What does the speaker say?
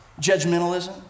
Judgmentalism